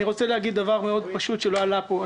אני רוצה להגיד דבר פשוט מאוד שלא עלה פה.